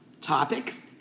topics